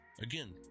again